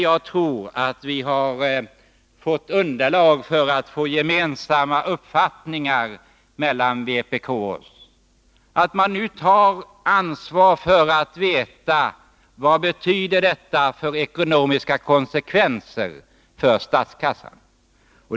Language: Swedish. Jag tror att vi därmed har fått underlag för att vpk och vi kunde komma fram till en gemensam uppfattning.